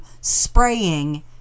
spraying